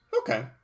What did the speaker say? Okay